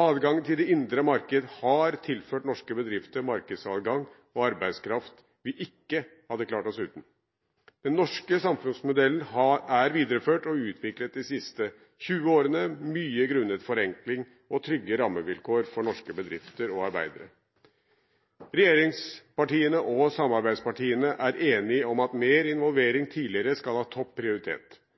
Adgangen til det indre marked har tilført norske bedrifter markedsadgang og arbeidskraft vi ikke hadde klart oss uten. Den norske samfunnsmodellen er videreført og utviklet de siste 20 årene mye grunnet forenkling og trygge rammevilkår for norske bedrifter og arbeidere. Regjeringspartiene og samarbeidspartiene er enige om at mer involvering tidligere skal ha topp prioritet.